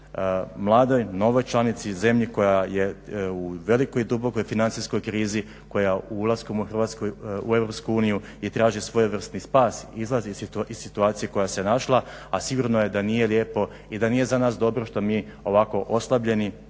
mladoj, novoj članici i zemlji koja je u velikoj i dubokoj financijskoj krizi, koja ulaskom Hrvatske u EU traži svojevrsni spas, izlaz iz situacije u kojoj se našla, a sigurno je da nije lijepo i da nije za nas dobro što mi ovako oslabljeni